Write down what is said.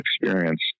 experience